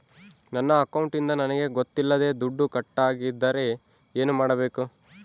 ನನ್ನ ಅಕೌಂಟಿಂದ ನನಗೆ ಗೊತ್ತಿಲ್ಲದೆ ದುಡ್ಡು ಕಟ್ಟಾಗಿದ್ದರೆ ಏನು ಮಾಡಬೇಕು?